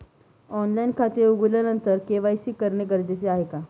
Online खाते उघडल्यानंतर KYC करणे गरजेचे आहे का?